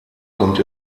kommt